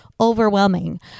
overwhelming